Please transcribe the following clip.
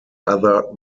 other